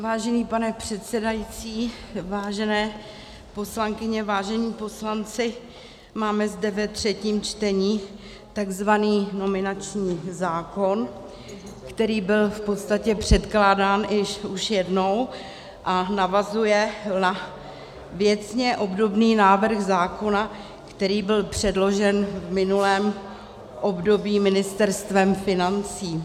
Vážený pane předsedající, vážené poslankyně, vážení poslanci, máme zde ve třetím čtení tzv. nominační zákon, který byl v podstatě předkládán už jednou a navazuje na věcně obdobný návrh zákona, který byl předložen v minulém období Ministerstvem financí.